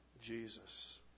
Jesus